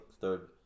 third